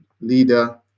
leader